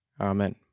Amen